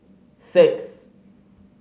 six